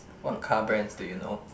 what car brands do you know